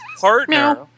partner